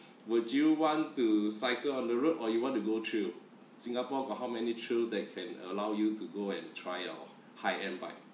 would you want to cycle on the road or you want to go trail singapore got how many trail that can allow you to go and try your high-end bike